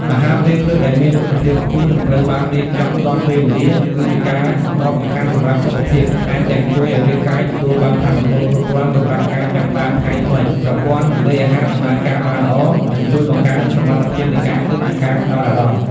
អាហារពេលព្រឹកដែលមាន គុណភាពខ្ពស់ និងត្រូវបានរៀបចំទាន់ពេលវេលា គឺជាការដ៏សំខាន់សម្រាប់សុខភាព ថែមទាំងជួយឲ្យរាងកាយទទួលបានថាមពលគ្រប់គ្រាន់សម្រាប់ការចាប់ផ្ដើមថ្ងៃថ្មី ប្រព័ន្ធរំលាយអាហារដំណើរការបានល្អ និងជួយបង្កើនសមត្ថភាពនៃការគិត និងការផ្ដោតអារម្មណ៍។